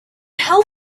help